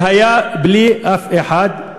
שהיה בלי אף אחד,